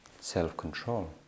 self-control